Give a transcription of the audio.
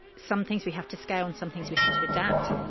some things we have to scale and some things we have to adapt,